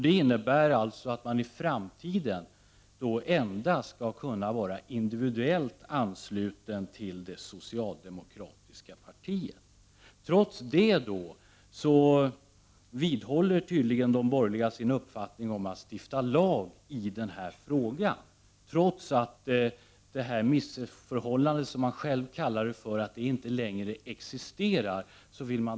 Det innebär alltså att det i framtiden endast blir möjligt att få individuell anslutning till det socialdemokratiska partiet. De borgerliga vidhåller ändå sin uppfattning att det skall stiftas en lag, trots att de missförhållanden som de har talat om inte längre existerar.